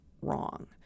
wrong